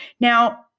Now